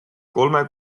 kolme